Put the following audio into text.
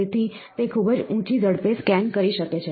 તેથી તે ખૂબ જ ઊંચી ઝડપે સ્કેન કરી શકે છે